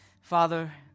Father